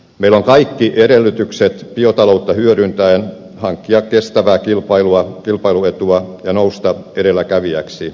meillä on kaikki edellytykset biotaloutta hyödyntäen hankkia kestävää kilpailuetua ja nousta edelläkävijäksi